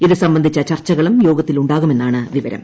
ഇത് സംബന്ധിച്ച ചർച്ചകളും യോഗത്തിലുണ്ടാകുമെന്നാണ് വിവരം